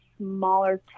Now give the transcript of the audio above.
smaller